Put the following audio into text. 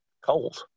cold